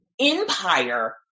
empire